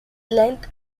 length